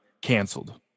canceled